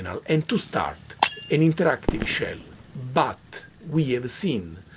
you know and to start an interactive shell but we have seen,